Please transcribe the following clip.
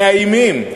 מאיימים,